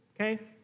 okay